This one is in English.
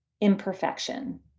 imperfection